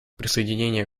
присоединение